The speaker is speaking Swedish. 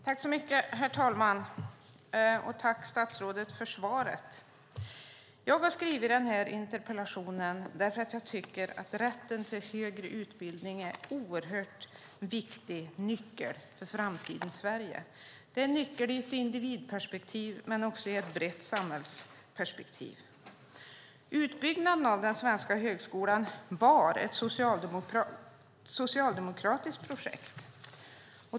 Herr talman! Tack för svaret, statsrådet! Jag har skrivit interpellationen därför att jag tycker att rätten till högre utbildning är en oerhört viktig nyckel för framtidens Sverige. Det är en nyckel i ett individperspektiv men också i ett brett samhällsperspektiv. Utbyggnaden av den svenska högskolan var ett socialdemokratiskt projekt.